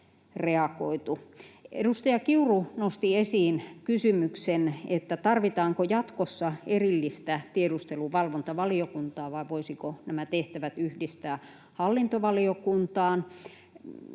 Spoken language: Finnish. Edustaja Kiuru nosti esiin kysymyksen, tarvitaanko jatkossa erillistä tiedusteluvalvontavaliokuntaa vai voisiko nämä tehtävät yhdistää hallintovaliokuntaan.